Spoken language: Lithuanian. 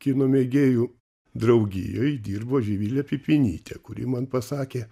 kino mėgėjų draugijoj dirbo živilė pipinytė kuri man pasakė